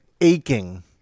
aching